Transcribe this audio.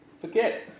Forget